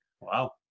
Wow